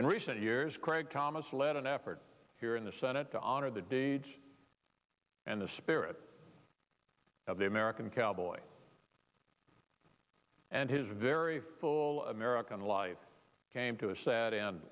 in recent years craig thomas led an effort here in the senate to honor the day and the spirit of the american cowboy and his very full american life came to a sad